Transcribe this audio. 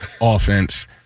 offense